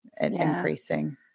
increasing